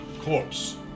corpse